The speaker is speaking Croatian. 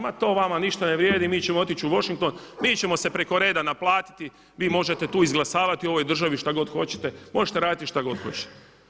Ma to vama ništa ne vrijedi, mi ćemo otići u Washington, mi ćemo se preko reda naplatiti, vi možete tu izglasavati u ovoj državi što god hoćete, možete raditi što god hoćete.